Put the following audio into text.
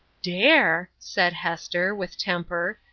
dare? said hester, with temper,